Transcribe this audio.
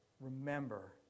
remember